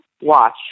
watch